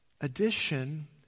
addition